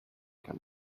can